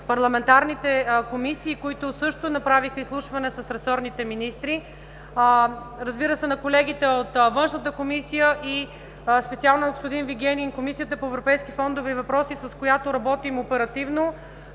парламентарните комисии, които също направиха изслушване с ресорните министри. Разбира се, на колегите от Външната комисия, и специално на господин Вигенин – Комисията по европейските въпроси и контрол на европейските